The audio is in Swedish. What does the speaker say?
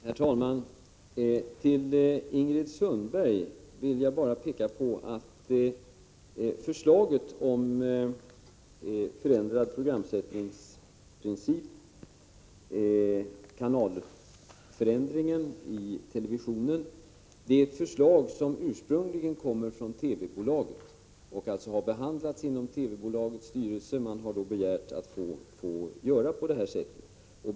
Herr talman! Jag vill påpeka för Ingrid Sundberg att förslaget om förändrad programsättningsprincip och kanalförändringen i televisionen är ett förslag, som ursprungligen kommer från TV-bolaget och alltså har behandlats inom dess styrelse. Man har då begärt att få göra på detta sätt.